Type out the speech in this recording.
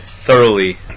Thoroughly